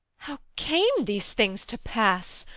how came these things to pass?